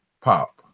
Pop